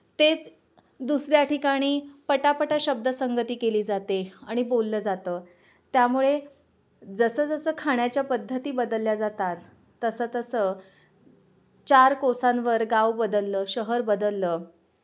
तेच दुसऱ्या ठिकाणी पटापटा शब्द संगती केली जाते आणि बोललं जातं त्यामुळे जसं जसं खाण्याच्या पद्धती बदलल्या जातात तसं तसं चार कोसांवर गाव बदललं शहर बदललं